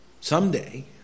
someday